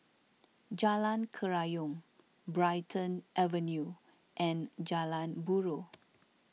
Jalan Kerayong Brighton Avenue and Jalan Buroh